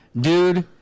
dude